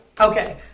okay